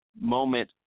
moment